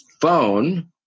phone